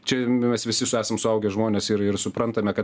čia mes visi su esam suaugę žmonės ir ir suprantame kad